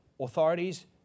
authorities